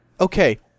Okay